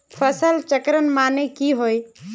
फसल चक्रण माने की होय?